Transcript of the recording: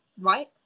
right